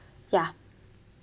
yeah